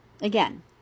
again